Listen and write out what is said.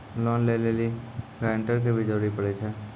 Loan लै लेली guarantor के भी जरूरी पड़ै छै?